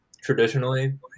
traditionally